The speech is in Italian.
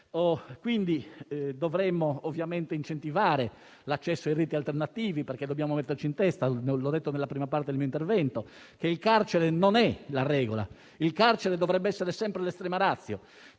Dovremo ovviamente incentivare l'accesso ai riti alternativi, perché dobbiamo metterci in testa, come ho detto nella prima parte del mio intervento, che il carcere non è la regola, ma dovrebbe essere sempre l'*extrema ratio*.